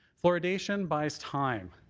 fluoridation buys time.